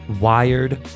Wired